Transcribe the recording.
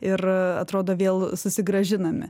ir atrodo vėl susigrąžinami